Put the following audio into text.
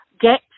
get